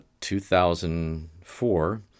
2004